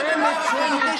שמית.